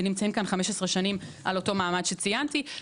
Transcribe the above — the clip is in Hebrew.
ונמצאים כאן 15 שנים על אותו מעמד שציינתי,